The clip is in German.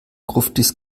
gruftis